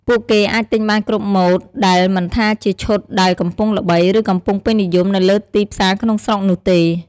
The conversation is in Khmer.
ពួកគេអាចទិញបានគ្រប់ម៉ូដដែលមិនថាជាឈុតដែលកំពុងល្បី ឬកំពុងពេញនិយមនៅលើទីផ្សារក្នុងស្រុកនោះទេ។